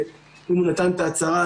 ואם הוא נתן את הצעה,